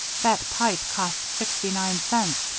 that pipe cost sixty-nine cents,